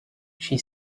she